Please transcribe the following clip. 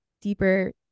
deeper